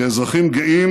כאזרחים גאים